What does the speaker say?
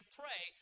pray